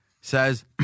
says